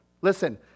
Listen